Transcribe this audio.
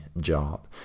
job